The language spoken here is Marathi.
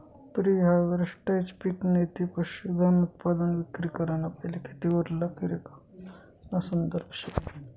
प्री हारवेस्टहाई पिक नैते पशुधनउत्पादन विक्री कराना पैले खेतीवरला क्रियाकलापासना संदर्भ शे